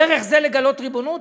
דרך זה לגלות ריבונות?